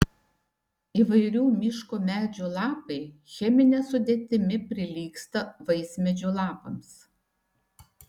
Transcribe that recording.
įvairių miško medžių lapai chemine sudėtimi prilygsta vaismedžių lapams